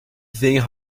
thing